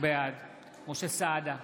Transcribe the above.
בעד משה סעדה,